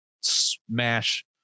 smash